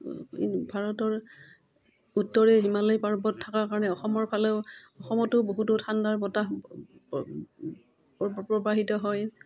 ভাৰতৰ উত্তৰে হিমালয় পৰ্বত থকাৰ কাৰণে অসমৰ ফালেও অসমতো বহুতো ঠাণ্ডাৰ বতাহ প্ৰবাহিত হয়